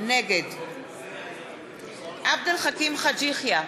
נגד עבד אל חכים חאג' יחיא,